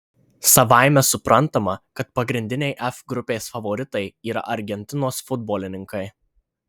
savaime suprantama kad pagrindiniai f grupės favoritai yra argentinos futbolininkai